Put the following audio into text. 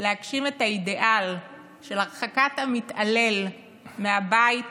להגשים את האידיאל של הרחקת המתעלל מהבית